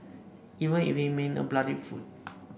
even if it mean a bloody foot